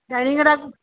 ডাইনিংয়ে রাখ